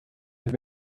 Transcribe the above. have